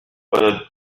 الولد